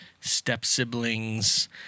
step-siblings